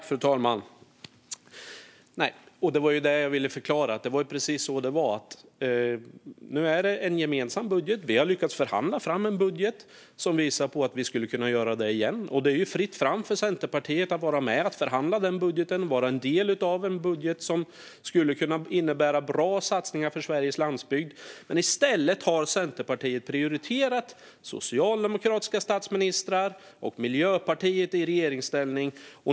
Fru talman! Nej, det var det jag ville förklara. Det var precis så det var. Nu är det en gemensam budget. Vi har lyckats förhandla fram en budget, vilket visar att vi skulle kunna göra det igen. Det är fritt fram för Centerpartiet att vara med och förhandla den budgeten och vara en del av en budget som skulle kunna innebära bra satsningar för Sveriges landsbygd. Men i stället har Centerpartiet prioriterat socialdemokratiska statsministrar och Miljöpartiet i regeringsställning.